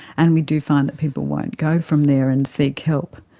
and we do find that people won't go from there and seek help.